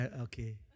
Okay